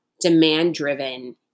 demand-driven